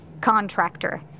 Contractor